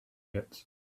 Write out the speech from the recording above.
pits